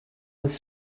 was